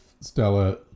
Stella